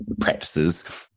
practices